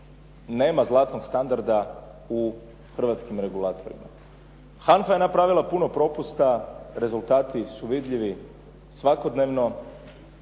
nema zlatnog standarda u hrvatskim regulatorima. HANFA je napravila puno propusta, rezultati su vidljivi svakodnevno.